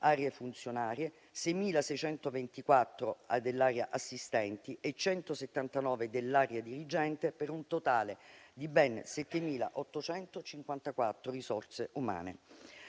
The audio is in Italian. aree funzionari, 6.624 dell'area assistenti e 179 dell'area dirigenti per un totale di ben 7.854 risorse umane.